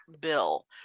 bill